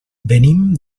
venim